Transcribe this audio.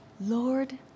Lord